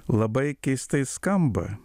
labai keistai skamba